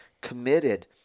committed